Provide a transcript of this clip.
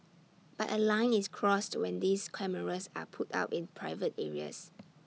but A line is crossed when these cameras are put up in private areas